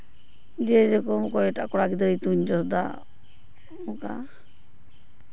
ᱡᱮᱨᱚᱠᱚᱢ ᱠᱚ ᱮᱴᱟᱜ ᱠᱚᱲᱟ ᱜᱤᱫᱽᱨᱟᱹ ᱠᱚ ᱛᱩᱧ ᱡᱚᱥᱼᱫᱟ ᱚᱱᱠᱟ